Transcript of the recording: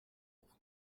numéro